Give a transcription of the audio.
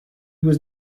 was